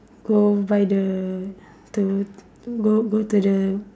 go by the to go go to the